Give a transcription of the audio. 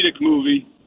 movie